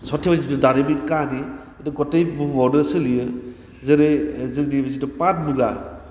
सर्थेबारिनि जिथु दारिमिन काहानि गथाय बुहुमावनो सोलियो जेरै जोंनि बे जिथु पाट मुगा